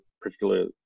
particularly